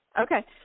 Okay